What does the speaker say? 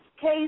case